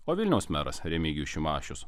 o vilniaus meras remigijus šimašius